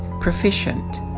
proficient